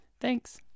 Thanks